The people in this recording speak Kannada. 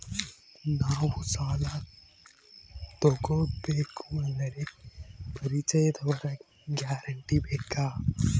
ನಾವು ಸಾಲ ತೋಗಬೇಕು ಅಂದರೆ ಪರಿಚಯದವರ ಗ್ಯಾರಂಟಿ ಬೇಕಾ?